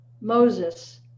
Moses